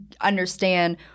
understand